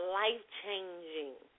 life-changing